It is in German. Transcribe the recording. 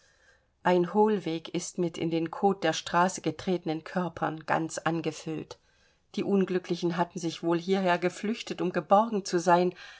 ein hohlweg ist mit in den kot der straße getretenen körpern ganz angefüllt die unglücklichen hatten sich wohl hierher geflüchtet um geborgen zu sein